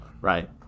Right